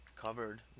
covered